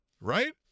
right